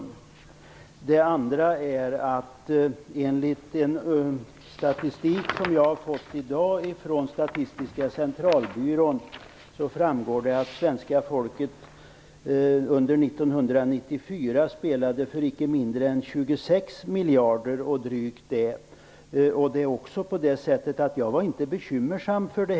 För det andra framgår det av statistik som jag i dag har fått från Statistiska centralbyrån att svenska folket under 1994 spelade för icke mindre än drygt 26 miljarder kronor. Jag är inte bekymrad över det.